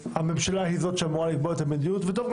הממשלה היא זאת שאמורה לקבוע את המדיניות וטוב מאוד